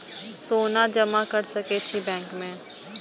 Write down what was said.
सोना जमा कर सके छी बैंक में?